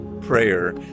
prayer